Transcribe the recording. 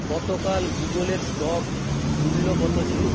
গতকাল গুগলের স্টক মূল্য কত ছিল